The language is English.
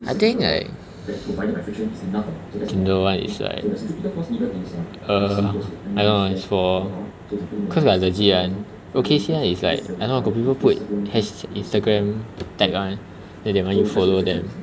I think like tinder [one] is like err I don't know is for cause like legit [one] O_K_C [one] is like I don't know got people put H Instagram tag [one] then they want you follow them